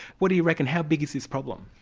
what do you reckon? how big is this problem?